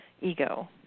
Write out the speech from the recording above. ego